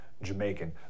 Jamaican